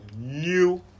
new